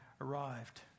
arrived